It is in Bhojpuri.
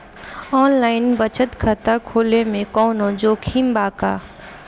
आनलाइन बचत खाता खोले में कवनो जोखिम बा का?